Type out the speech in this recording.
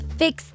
fix